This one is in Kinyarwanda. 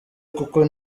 kuko